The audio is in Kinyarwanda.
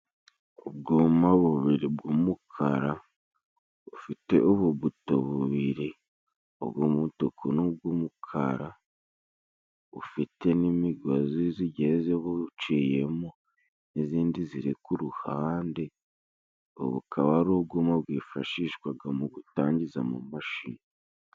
Ubwuma bubiri bw'umukara bufite ubu buto bubiri ubw'umutuku n'ubw'umukara, bufite n'imigozi zigiye zibuciyemo n'izindi ziri ku ruhande, ubu bukaba ari ubwuma bwifashishwaga mu gutangiza mu mashini.